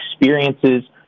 experiences